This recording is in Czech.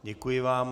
Děkuji vám.